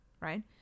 right